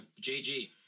JG